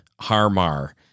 Harmar